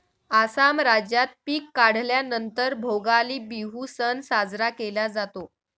आसाम राज्यात पिक काढल्या नंतर भोगाली बिहू सण साजरा केला जातो